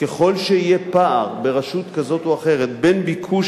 ככל שיהיה פער ברשות כזאת או אחרת בין ביקוש